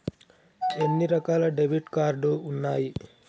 ఎన్ని రకాల debit card ఉన్నాయి?